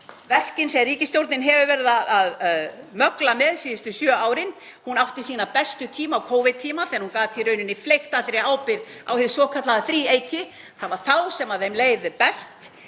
verkin sem ríkisstjórnin hefur verið að mögla með síðustu sjö árin. Hún átti sína bestu tíma í Covid þegar hún gat í rauninni fleygt allri ábyrgð á hið svokallaða þríeyki. Það var þá sem henni leið best.